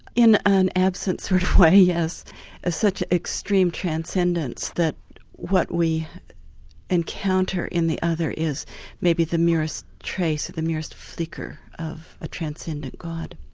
in an absent sort of way, yes of such extreme transcendence that what we encounter in the other is maybe the merest trace, the merest flicker of a transcendent god.